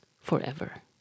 forever